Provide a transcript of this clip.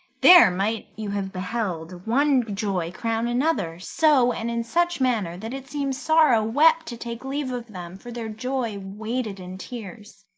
there might you have beheld one joy crown another, so and in such manner that it seemed sorrow wept to take leave of them for their joy waded in tears.